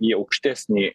į aukštesnį